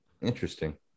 Interesting